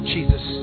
Jesus